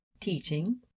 teaching